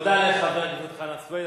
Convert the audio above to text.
תודה לחבר הכנסת חנא סוייד.